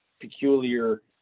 peculiar